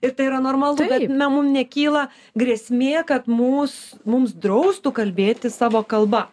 ir tai yra normalu bet na mum nekyla grėsmė kad mus mums draustų kalbėti savo kalba